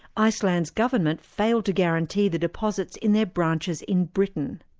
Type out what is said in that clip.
iceland's government failed to guarantee the deposits in their branches in britain.